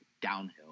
downhill